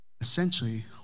Essentially